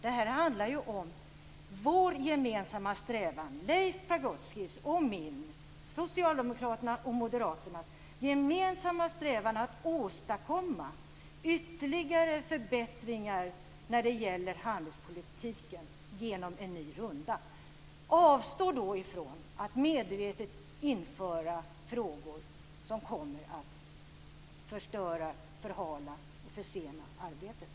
Det här handlar ju om vår gemensamma strävan - Leif Pagrotskys och min, socialdemokraternas och moderaternas - att åstadkomma ytterligare förbättringar när det gäller handelspolitiken genom en ny runda. Avstå då från att medvetet införa frågor som kommer att förstöra, förhala och försena arbetet!